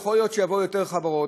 יכול להיות שיבואו יותר חברות,